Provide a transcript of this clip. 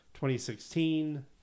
2016